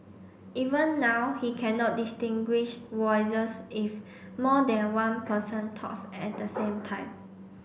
even now he cannot distinguish voices if more than one person talks at the same time